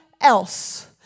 else